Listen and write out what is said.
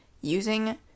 using